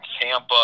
Tampa